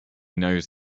knows